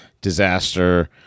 disaster